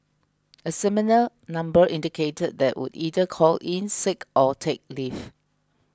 a similar number indicated that would either call in sick or take leave